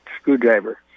screwdriver